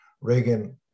Reagan